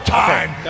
time